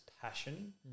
passion